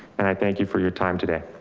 and i thank you for your time today.